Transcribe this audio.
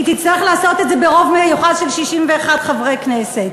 היא תצטרך לעשות את זה ברוב מיוחס של 61 חברי כנסת.